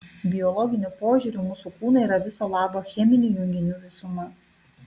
biologiniu požiūriu mūsų kūnai yra viso labo cheminių junginių visuma